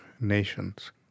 nations